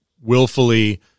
willfully